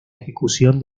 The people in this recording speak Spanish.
ejecución